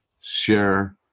share